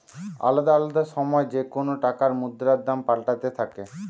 আলদা আলদা সময় যেকোন টাকার মুদ্রার দাম পাল্টাতে থাকে